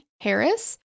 Harris